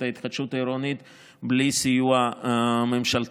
ההתחדשות העירונית בלי סיוע הממשלתי,